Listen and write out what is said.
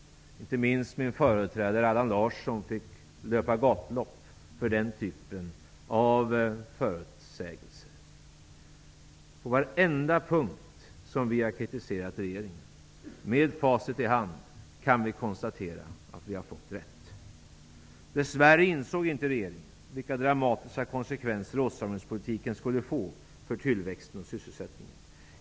Inte minst min företrädare Allan Larsson fick löpa gatlopp för den typen av förutsägelser. På varenda punkt som vi har kritiserat regeringen på kan vi med facit i hand konstatera att vi har fått rätt. Dess värre insåg inte regeringen vilka dramatiska konsekvenser åtstramningspolitiken skulle få för tillväxten och sysselsättningen.